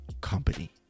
company